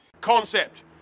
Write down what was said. Concept